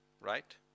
right